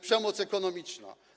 Przemoc ekonomiczna.